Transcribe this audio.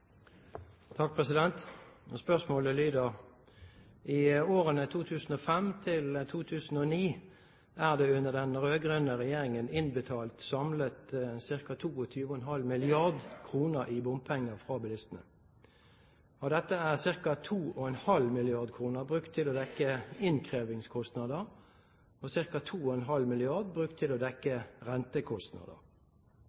Spørsmålet lyder: «I årene 2005–2009 er det under den rød-grønne regjeringen innbetalt samlet ca. 22,5 mrd. kr i bompenger fra bilistene. Av dette er ca. 2,5 mrd. kr brukt til å dekke innkrevingskostnader og ca. 2,5 mrd. kr brukt til å dekke